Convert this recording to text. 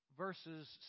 Verses